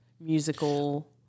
musical